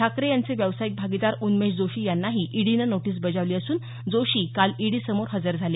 ठाकरे यांचे व्यावसायिक भागीदार उन्मेश जोशी यांनाही ईडीनं नोटीस बजावली असून जोशी काल ईडीसमोर हजर झाले